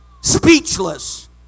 speechless